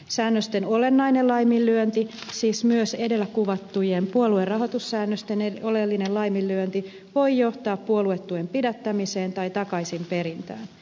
säännösten olennainen laiminlyönti siis myös edellä kuvattujen puoluerahoitussäännösten oleellinen laiminlyönti voi johtaa puoluetuen pidättämiseen tai takaisinperintään